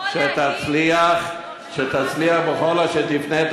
שתצליח בכל אשר תפנה,